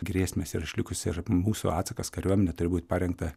grėsmės yra išlikusi ir mūsų atsakas kariuomenė turi būt parengta